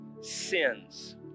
sins